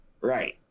Right